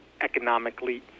economically